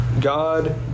God